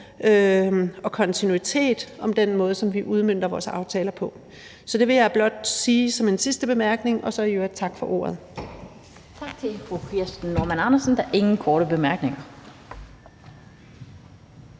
og kontinuitet om den måde, som vi udmønter vores aftaler på. Det vil jeg blot sige som en sidste bemærkning og så i øvrigt sige tak for ordet. Kl. 16:59 Den fg. formand (Annette Lind): Tak til fru Kirsten Normann Andersen. Der er ingen korte bemærkninger.